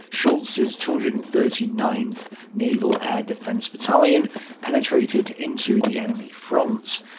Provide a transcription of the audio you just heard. schulz's two hundred and thirty ninth naval air defence battalion penetrated into the enemy front.